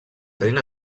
tenint